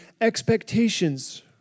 expectations